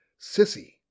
Sissy